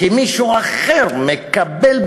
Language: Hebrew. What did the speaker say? כי מישהו אחר מקבל,